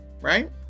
Right